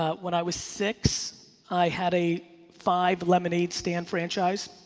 ah when i was six i had a five lemonade stand franchise.